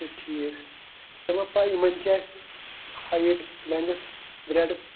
اَچھا ٹھیٖک ژےٚ ما پَے یِمَن کیٛاہ آسہِ ہایٹ لٮ۪نٛگٕتھ برٛیڈٕتھ